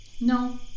No